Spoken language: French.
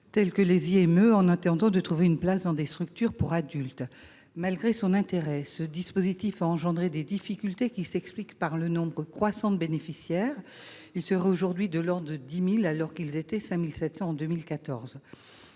éducatifs (IME), en attendant de trouver une place dans des structures pour adultes. Malgré son intérêt, ce dispositif a engendré des difficultés qui s’expliquent par le nombre croissant des bénéficiaires – ils seraient aujourd’hui 10 000, alors qu’ils étaient 5 700 en 2014